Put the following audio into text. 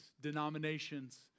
denominations